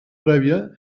prèvia